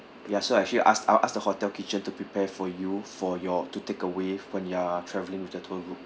ya so I'll actually ask I'll ask the hotel kitchen to prepare for you for your to takeaway when you're travelling with the tour group